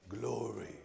Glory